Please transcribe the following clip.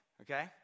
okay